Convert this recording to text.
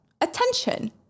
attention